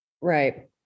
Right